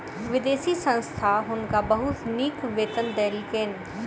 विदेशी संस्था हुनका बहुत नीक वेतन देलकैन